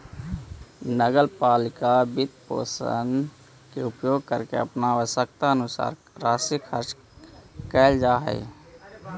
नगर पालिका वित्तपोषण के उपयोग करके अपन आवश्यकतानुसार राशि खर्च कैल जा हई